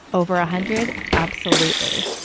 over a hundred, absolutely.